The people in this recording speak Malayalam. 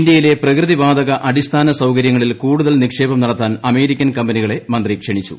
ഇന്തൃയിലെ പ്രകൃതിവാതക അടിസ്ഥാന സൌകര്യങ്ങളിൽ കൂടുതൽ നിക്ഷേപം നടത്താൻ അമേരിക്കൻ കമ്പനികളെ മന്ത്രി ക്ഷണിച്ചു